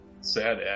Sad